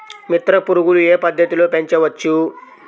మిత్ర పురుగులు ఏ పద్దతిలో పెంచవచ్చు?